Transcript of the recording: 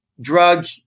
drug